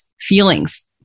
feelings